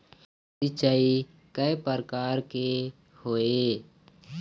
सिचाई कय प्रकार के होये?